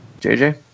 JJ